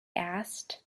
asked